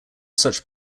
such